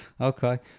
okay